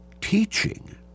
teaching